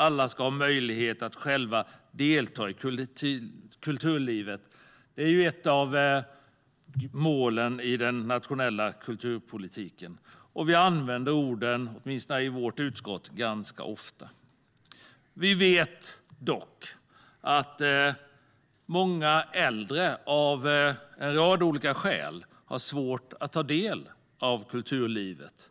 Alla ska ha möjlighet att själva delta i kulturlivet. Det är ju ett av målen inom den nationella kulturpolitiken. Vi använder de orden ganska ofta, åtminstone i vårt utskott. Vi vet dock att många äldre av en rad olika skäl har svårt att ta del av kulturlivet